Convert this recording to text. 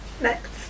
next